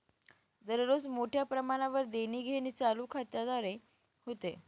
दररोज मोठ्या प्रमाणावर देणीघेणी चालू खात्याद्वारे होते